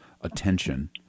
attention